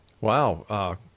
Wow